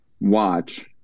watch